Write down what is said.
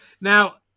Now